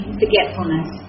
forgetfulness